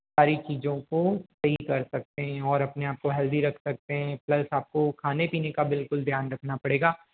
सारी चीज़ों को सही कर सकते हैं और अपने आप को हेल्दी रख सकते हैं प्लस आपको खाने पीने का बिल्कुल ध्यान रखना पड़ेगा